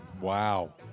Wow